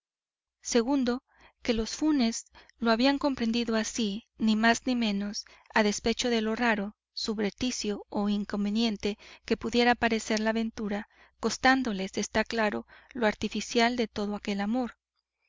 que los funes lo habían comprendido así ni más ni menos a despecho de lo raro subrepticio e inconveniente que pudiera parecer la aventura constándoles está claro lo artificial de todo aquel amor